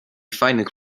fajnych